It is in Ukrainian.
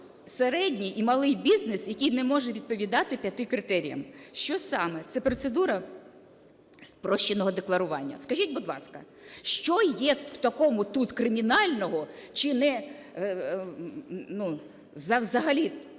середній і малий бізнес, який не може відповідати п'яти критеріям. Що саме? Це процедура спрощеного декларування. Скажіть, будь ласка, що є такого тут кримінального чи не... ну, взагалі